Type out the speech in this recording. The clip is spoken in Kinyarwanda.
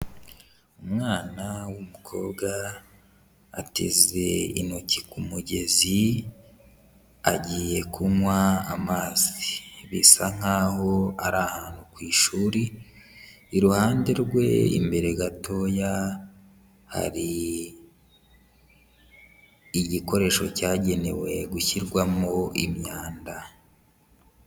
Umwana w'umukobwa ateze intoki ku mugezi, agiye kunywa amazi bisa nkaho ari ahantu ku ishuri, iruhande rwe imbere gatoya hari igikoresho cyagenewe gushyirwamo imyanda.